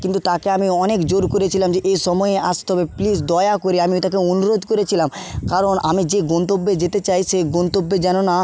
কিন্তু তাকে আমি অনেক জোর করেছিলাম যে এই সময়ে আসতে হবে প্লিজ দয়া করে আমি ওই তাকে অনুরোধ করেছিলাম কারণ আমি যে গন্তব্যে যেতে চাই সেই গন্তব্যে যেন না